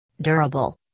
Durable